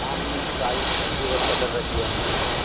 हम सारे चीज की व्यवस्था कर रखी है हमने